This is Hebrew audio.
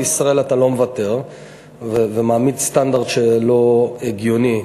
לישראל אתה לא מוותר ומעמיד סטנדרט לא הגיוני.